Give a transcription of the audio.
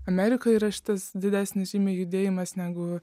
amerikoj yra šitas didesnis žymiai judėjimas negu